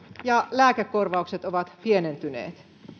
ja lääkekorvaukset ovat pienentyneet